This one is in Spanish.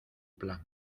plan